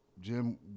Jim